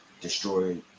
destroyed